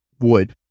wood